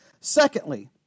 Secondly